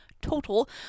total